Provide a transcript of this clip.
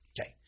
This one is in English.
Okay